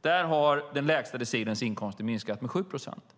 Där har den lägsta decilens inkomster minskat med 7 procent.